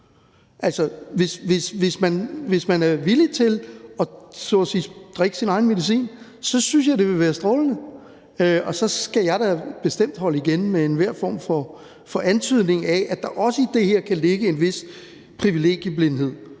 Hvis man er villig til – så at sige – at drikke sin egen medicin, synes jeg det ville være strålende, og så skal jeg da bestemt holde igen med enhver form for antydning af, at der også i det her kan ligge en vis privilegieblindhed.